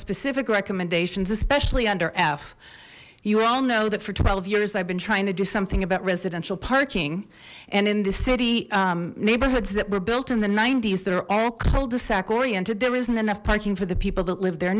specific recommendations especially under f you all know that for twelve years i've been trying to do something about residential parking and in the city neighborhoods that were built in the s that are all cul de sac oriented there isn't enough parking for the people that live there